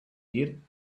dir